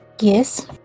Yes